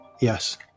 Yes